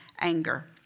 anger